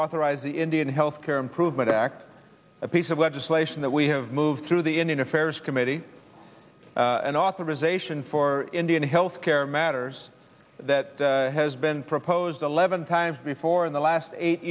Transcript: authorize the indian health care improvement act a piece of legislation that we have moved through the indian affairs committee an authorization for indian health care matters that has been proposed eleven times before in the last eight